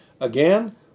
Again